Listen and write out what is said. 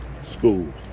schools